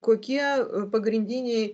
kokie pagrindiniai